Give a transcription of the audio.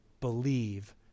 believe